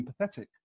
empathetic